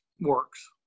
works